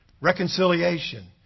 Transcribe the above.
reconciliation